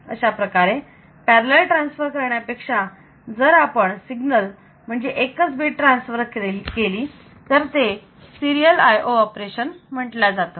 अशाप्रकारे parallel transfer करण्यापेक्षा जर आपण सिंगल म्हणजे एकच बीट ट्रान्सफर केली तर ते सिरीयल IO ऑपरेशन म्हटल्या जातं